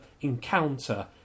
encounter